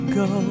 go